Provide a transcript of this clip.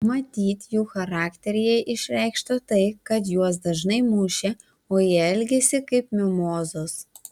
matyt jų charakteryje išreikšta tai kad juos dažnai mušė o jie elgėsi kaip mimozos